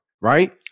Right